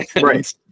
Right